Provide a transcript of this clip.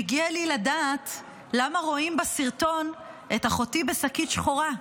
מגיע לי לדעת למה רואים בסרטון את אחותי בשקית שחורה.